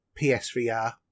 PSVR